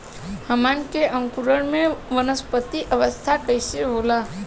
हमन के अंकुरण में वानस्पतिक अवस्था कइसे होला?